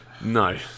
No